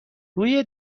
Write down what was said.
روی